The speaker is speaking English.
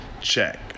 check